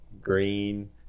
green